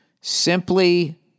Simply